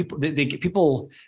people –